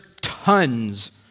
tons